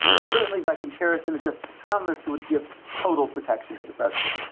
and certainly by comparison, justice thomas would give total protection to the president